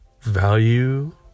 Value